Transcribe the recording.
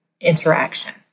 interaction